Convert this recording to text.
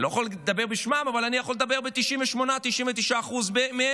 אני לא יכול לדבר בשמם אבל אני יכול לומר ש-98% 99% מהם